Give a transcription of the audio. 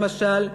למשל,